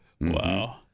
wow